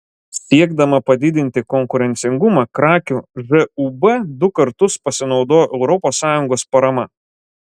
siekdama padidinti konkurencingumą krakių žūb du kartus pasinaudojo europos sąjungos parama